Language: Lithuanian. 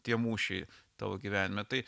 tie mūšiai tavo gyvenime tai